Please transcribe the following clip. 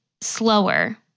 slower